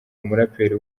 umuraperi